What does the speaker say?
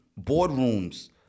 boardrooms